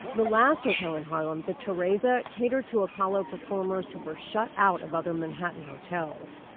the last hotel in harlem, the theresa, catered to apollo performers who were shut out of other manhattan hotels.